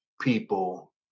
people